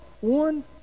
one